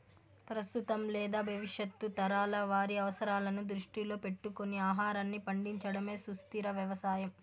ప్రస్తుతం లేదా భవిష్యత్తు తరాల వారి అవసరాలను దృష్టిలో పెట్టుకొని ఆహారాన్ని పండించడమే సుస్థిర వ్యవసాయం